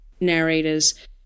narrators